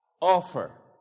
Offer